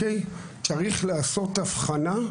צריך לעשות הבחנה,